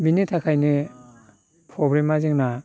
बिनि थाखायनो प्रब्लेमा जोंना